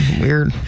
Weird